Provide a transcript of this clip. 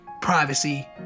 privacy